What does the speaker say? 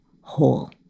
whole